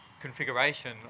configuration